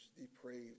depraved